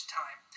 time